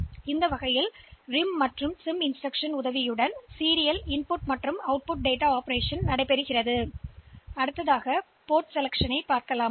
எனவே இந்த வரிசை டேட்டா உள்ளீடு மற்றும் வெளியீட்டு செயல்பாட்டைச் செய்ய இந்த RIM மற்றும் சிம் வழிமுறைகளைப் பயன்படுத்தலாம்